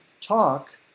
talk